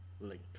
link